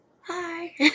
Hi